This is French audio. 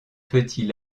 petit